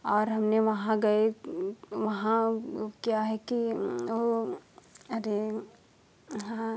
और हम वहाँ गए वहाँ वो क्या है कि होना अरे हाँ